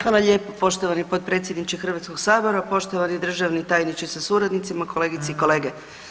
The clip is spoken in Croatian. Hvala lijepo poštovani potpredsjedniče Hrvatskog sabora, poštovani državni tajniče sa suradnicima, kolegice i kolege.